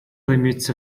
limits